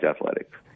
athletics